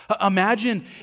Imagine